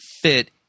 fit